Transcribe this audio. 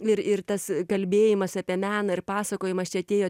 ir ir tas kalbėjimas apie meną ir pasakojimas čia atėjo